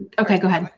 okay go ahead.